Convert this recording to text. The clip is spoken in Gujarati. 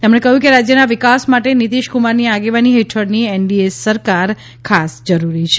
તેમણે કહ્યું કે રાજ્યના વિકાસ માટે નીતિશ ક્રમારની આગેવાની હેઠળ એનડીએ સરકાર જરૂરી છે